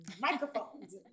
microphones